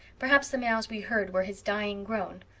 perhaps the mews we heard were his dying groan.